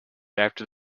after